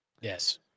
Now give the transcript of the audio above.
Yes